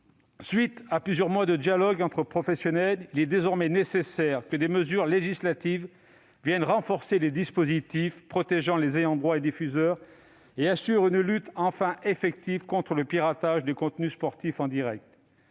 Après plusieurs mois de dialogue entre professionnels, il est désormais nécessaire que des mesures législatives viennent renforcer les dispositifs protégeant les ayants droit et diffuseurs et assurent une lutte enfin effective contre le piratage de contenus sportifs en direct.